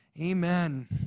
Amen